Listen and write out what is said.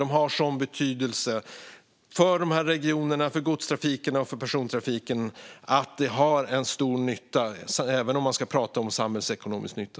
De har sådan betydelse för regionerna, godstrafiken och persontrafiken att de har en stor nytta även om man pratar om samhällsekonomisk nytta.